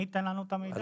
מי ייתן לנו את המידע?